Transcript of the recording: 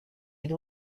its